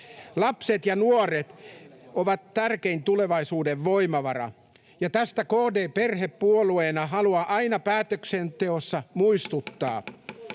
Lapset ja nuoret ovat tärkein tulevaisuuden voimavara. Tästä KD perhepuolueena haluaa aina päätöksenteossa muistuttaa.